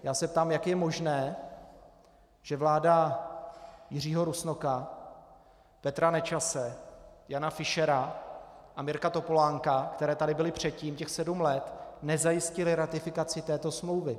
Já se ptám, jak je možné, že vlády Jiřího Rusnoka, Petra Nečase, Jana Fischera a Mirka Topolánka, které tady byly předtím těch sedm let, nezajistily ratifikaci této smlouvy.